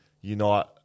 unite